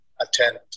attend